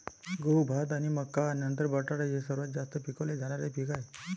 गहू, भात आणि मका नंतर बटाटा हे सर्वात जास्त पिकवले जाणारे पीक आहे